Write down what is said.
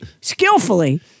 skillfully